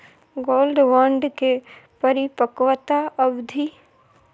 Gold bond के परिपक्वता अवधि?